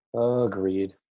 Agreed